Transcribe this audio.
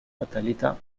fatalità